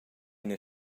ina